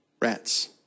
rats